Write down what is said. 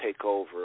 takeover